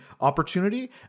opportunity